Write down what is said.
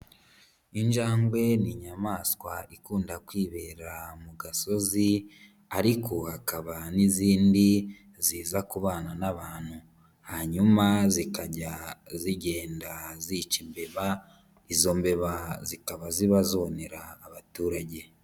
Injangwe ni inyamaswa ikunda kwibera mu gasozi ariko hakaba n'izindi ziza kubana n'abantu, hanyuma zikajya zigenda zica imbeba, izo mbeba zikaba ziba zonera abaturage.